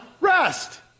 rest